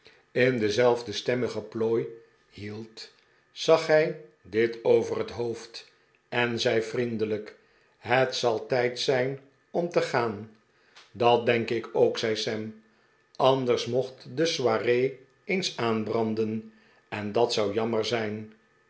in dezelfde stemmige plooi hield zag hij dit over het hoofd en zei vriendelijk het zal tijd zijn om te gaan dat denk ik ook zei sam anders mocht de soiree eens aanbranden en dat zou jammer zijn